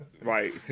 right